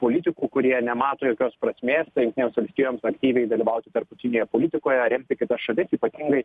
politikų kurie nemato jokios prasmės jungtinėms valstijoms aktyviai dalyvauti tarptautinėje politikoje remti kitas šalis ypatingai